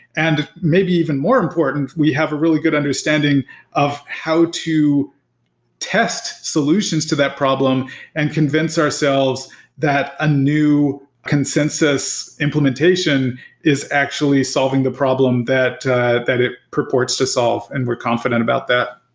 and maybe even more important, we have a really good understanding of how to test solutions to that problem and convince ourselves that a new consensus implementation is actually solving the problem that that it purports to solve and we're confident about that.